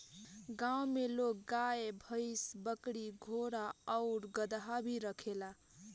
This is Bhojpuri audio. गांव में लोग गाय, भइस, बकरी, घोड़ा आउर गदहा भी रखेला